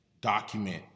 document